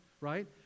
Right